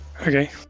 Okay